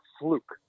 fluke